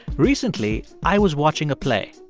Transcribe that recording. recently, i was watching a play.